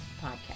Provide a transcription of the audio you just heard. Podcast